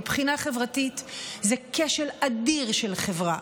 מבחינה חברתית זה כשל אדיר של חברה,